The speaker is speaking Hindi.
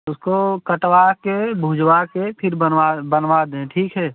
उसको कटवा के भुजवा के फिर बनवा बनवा दें ठीक है